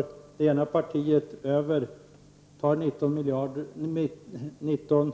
I det ena fallet tar det andra partiet 19